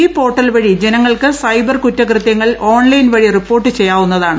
ഈ പോർട്ടൽ വഴി ജനങ്ങൾക്ക് സൈബർ കുറ്റകൃത്യങ്ങൾ ഓൺലൈൻ വഴി റിപ്പോർട്ട് ഉചയ്യാവുന്നതാണ്